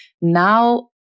Now